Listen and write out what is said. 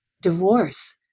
divorce